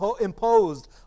imposed